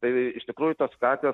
tai iš tikrųjų tos katės